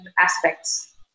aspects